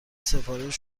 سفارش